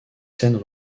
scènes